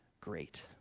great